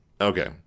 Okay